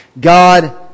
God